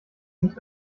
nicht